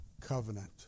covenant